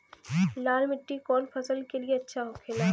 लाल मिट्टी कौन फसल के लिए अच्छा होखे ला?